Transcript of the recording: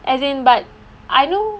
as in but I know